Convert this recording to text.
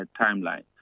timeline